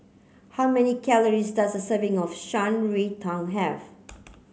how many calories does a serving of Shan Rui Tang have